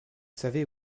savez